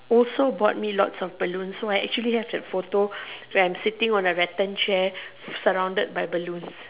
also bought me lots of balloons so I actually have the photo where I am sitting on the rattan chair surrounded by balloons